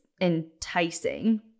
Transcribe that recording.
enticing